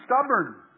stubborn